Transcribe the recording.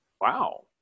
Wow